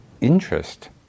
interest